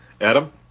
Adam